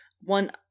one